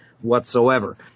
whatsoever